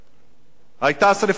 היתה השרפה בכרמל,